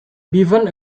bevan